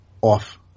off